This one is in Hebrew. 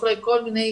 כל מיני